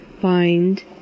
find